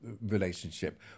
relationship